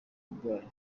burwayi